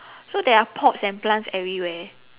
so there are pots and plants everywhere